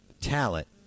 talent